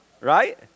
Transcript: right